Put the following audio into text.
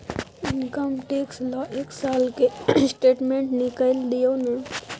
Income tax ल एक साल के स्टेटमेंट निकैल दियो न?